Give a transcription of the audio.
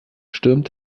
stürmt